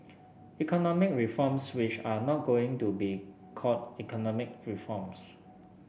economic reforms which are not going to be called economic reforms